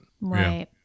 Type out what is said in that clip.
right